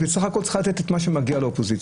היא בסך הכל צריכה לתת את מה שמגיע לאופוזיציה.